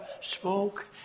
spoke